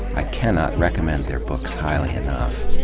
i cannot recommend their books highly enough.